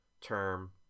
term